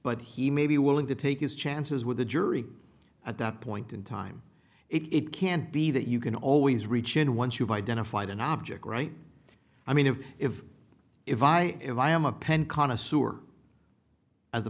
but he may be willing to take his chances with a jury at that point in time it can't be that you can always reach in once you've identified an object right i mean if if if i if i am a pen con a sewer as a